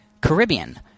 Caribbean